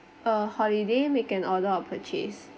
uh holiday make an order or purchase